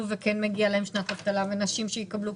וכן מגיעה להן שנת אבטלה ונשים שיקבלו,